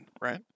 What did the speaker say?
right